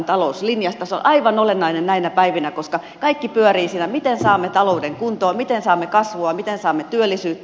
se on aivan olennainen näinä päivinä koska kaikki pyörii siinä miten saamme talouden kuntoon miten saamme kasvua miten saamme työllisyyttä